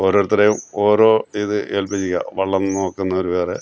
ഓരോരുത്തരേം ഓരോ രീതി ഏല്പിക്കുക വള്ളം നോക്കുന്നവര് വേറെ